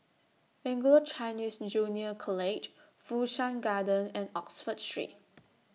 Anglo Chinese Junior College Fu Shan Garden and Oxford Street